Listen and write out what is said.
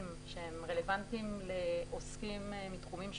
שהם רלוונטיים לעוסקים מתחומים שונים,